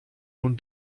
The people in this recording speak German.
nun